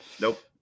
Nope